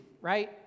right